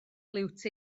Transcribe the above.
liwt